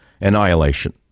annihilation